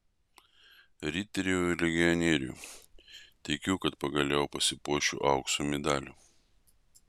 riterių legionierius tikiu kad pagaliau pasipuošiu aukso medaliu